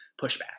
pushback